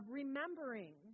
remembering